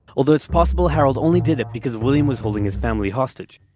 although it's possible harold only did it because william was holding his family hostage.